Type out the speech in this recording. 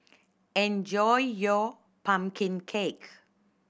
enjoy your pumpkin cake